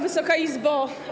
Wysoka Izbo!